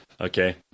Okay